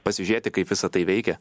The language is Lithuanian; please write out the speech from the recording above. pasižiūrėti kaip visa tai veikia